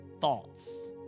thoughts